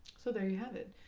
so there you have it,